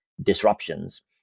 disruptions